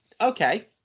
okay